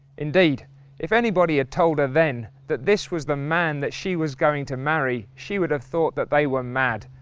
indeed if anybody had told her then that this was the man that she was going to marry, she would have thought that they were mad,